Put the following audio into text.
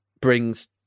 brings